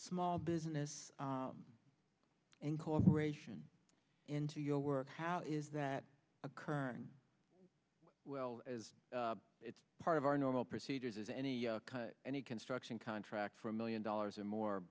small business incorporation into your work how is that occurring well as it's part of our normal procedures as any any construction contract for a million dollars or more